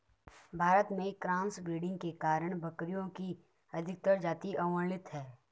भारत में cross breeding के कारण बकरियों की अधिकतर जातियां अवर्णित है